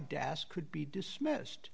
das could be dismissed